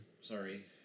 Sorry